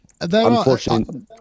Unfortunately